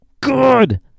good